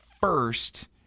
first